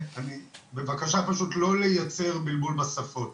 בבקשה פשוט לא לייצר בלבול בשפות.